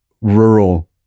rural